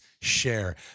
share